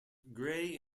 grey